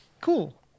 cool